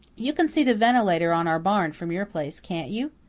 you can see the ventilator on our barn from your place, can't you?